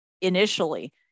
initially